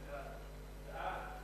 התשס"ט 2009,